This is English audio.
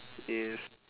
yes